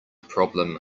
problem